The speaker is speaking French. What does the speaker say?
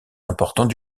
importants